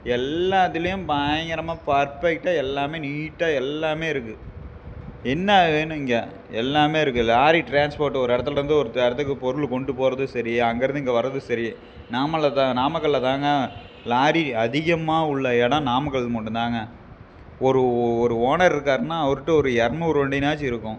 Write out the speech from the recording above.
எல்லாத்துலையும் பயங்கரமாக பர்பெக்ட்டாக எல்லாமே நீட்டாக எல்லாமே இருக்கு என்ன வேணும் இங்கே எல்லாமே இருக்கு லாரி ட்ரான்ஸ்போர்ட் ஒரு இடத்துல இருந்து ஒரு இடத்துக்கு பொருள் கொண்ட்டு போகறதும் சரி அங்கே இருந்து இங்கே வர்றதும் சரி நாமல்ல தான் நாமக்கலில் தாங்க லாரி அதிகமாக உள்ள இடம் நாமக்கல் மட்டும் தாங்க ஒரு ஒரு ஓனர் இருக்காருன்னா அவர்கிட்ட ஒரு இரநூறு வண்டினாச்சும் இருக்கும்